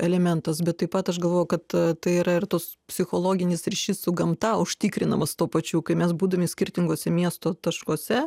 elementas bet taip pat aš galvoju kad tai yra ir tas psichologinis ryšys su gamta užtikrinamas tuo pačių kai mes būdami skirtingose miesto taškuose